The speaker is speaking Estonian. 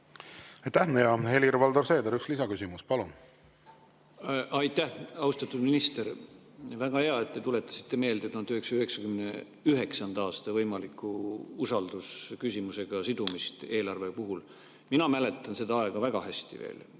Aitäh! Helir-Valdor Seeder, üks lisaküsimus, palun! Aitäh! Austatud minister! Väga hea, et te tuletasite meelde 1999. aasta võimaliku usaldusküsimusega sidumist eelarve puhul. Mina mäletan seda aega veel väga hästi.